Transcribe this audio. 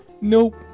Nope